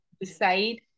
decide